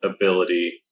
ability